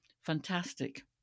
Fantastic